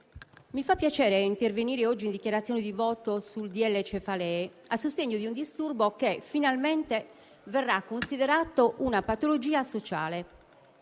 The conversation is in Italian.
mi fa piacere intervenire oggi in dichiarazione di voto sul disegno di legge cefalee a sostegno di un disturbo che, finalmente, verrà considerato una patologia sociale.